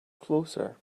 closer